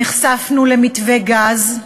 נחשפנו למתווה הגז,